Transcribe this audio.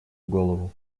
голову